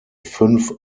fünf